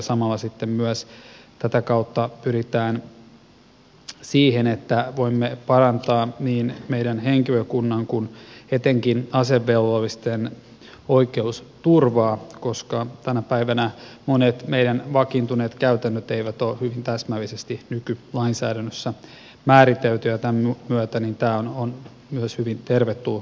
samalla sitten tätä kautta pyritään myös siihen että voimme parantaa niin meidän henkilökunnan kuin etenkin asevelvollisten oikeusturvaa koska tänä päivänä monet meillä vakiintuneet käytännöt eivät ole täsmällisesti nykylainsäädännössä määriteltyjä ja tämän myötä tämä on myös hyvin tervetullut kokonaisuus